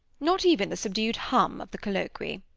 not even the subdued hum of the colloquy.